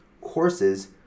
courses